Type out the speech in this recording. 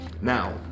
Now